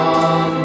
on